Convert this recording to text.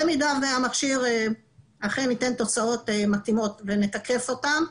במידה והמכשיר אכן ייתן תוצאות מתאימות ונתקף אותם,